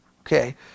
okay